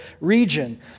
region